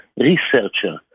researcher